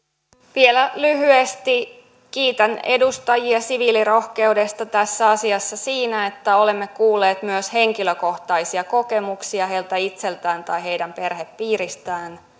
vielä lyhyesti kiitän edustajia siviilirohkeudesta tässä asiassa siinä että olemme kuulleet myös henkilökohtaisia kokemuksia heiltä itseltään tai heidän perhepiiristään